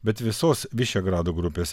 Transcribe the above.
bet visos vyšegrado grupės